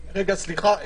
סליחה,